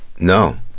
no.